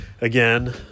again